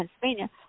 Pennsylvania